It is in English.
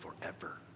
forever